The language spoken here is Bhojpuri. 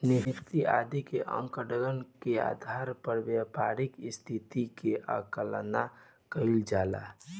निफ्टी आदि के आंकड़न के आधार पर व्यापारि के स्थिति के आकलन कईल जाला